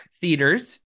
theaters